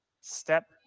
step